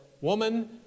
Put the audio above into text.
Woman